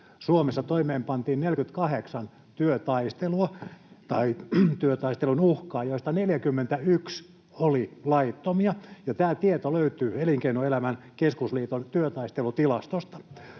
Suomessa toimeenpantiin 48 työtaistelua tai työtaistelun uhkaa, joista 41 oli laittomia, ja tämä tieto löytyy Elinkeinoelämän keskusliiton työtaistelutilastosta.